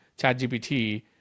ChatGPT